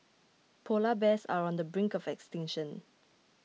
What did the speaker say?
Polar Bears are on the brink of extinction